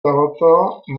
tohoto